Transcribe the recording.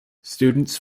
students